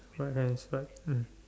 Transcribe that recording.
right hand right mm